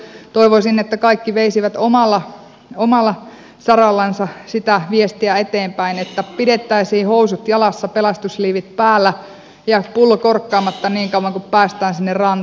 toivoisin että kaikki veisivät omalla sarallansa sitä viestiä eteenpäin että pidettäisiin housut jalassa pelastusliivit päällä ja pullo korkkaamatta niin kauan kunnes päästään sinne rantaan